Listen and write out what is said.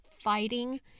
fighting